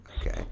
Okay